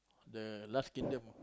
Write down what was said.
the last kingdom